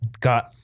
got